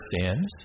sins